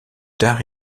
tard